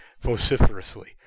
vociferously